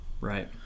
right